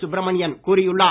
சுப்பிரமணியன் கூறியுள்ளார்